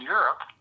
Europe